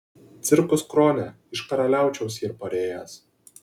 cirkus krone iš karaliaučiaus yr parėjęs